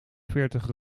veertig